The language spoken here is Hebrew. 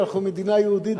כי אנחנו מדינה יהודית,